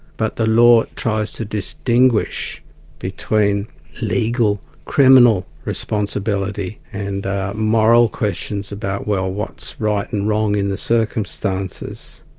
but the law tries to distinguish between legal criminal responsibility and moral questions about, well, what's right and wrong in the circumstances.